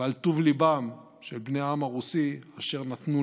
ועל טוב ליבם של בני העם הרוסי אשר נתנו